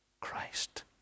Christ